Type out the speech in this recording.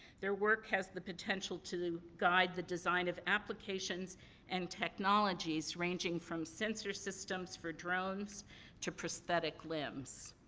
their work has the potential to guide the design of applications and technologies ranging from sensor systems for drones to prosthetic limbs.